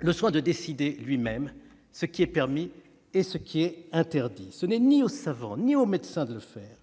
le soin de décider lui-même ce qui est permis et ce qui est interdit. Ce n'est ni aux savants ni aux médecins de le faire.